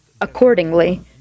accordingly